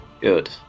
Good